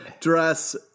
dress